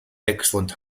excellent